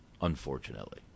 unfortunately